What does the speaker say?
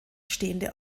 stehende